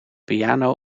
piano